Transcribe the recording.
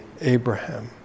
Abraham